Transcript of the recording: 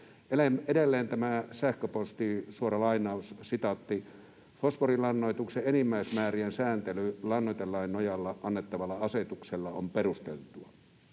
Edelleen tästä sähköpostista: ”Fosforilannoituksen enimmäismäärien sääntely lannoitelain nojalla annettavalla asetuksella on perusteltua.